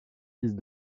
fils